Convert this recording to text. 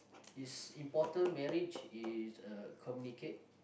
it's important marriage is a communicate